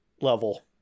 level